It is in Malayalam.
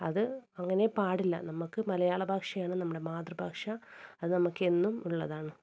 അത് അങ്ങനെ പാടില്ല നമുക്ക് മലയാള ഭാഷയാണ് നമ്മുടെ മാതൃഭാഷ അത് നമുക്കെന്നും ഉള്ളതാണ്